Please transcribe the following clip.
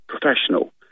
professional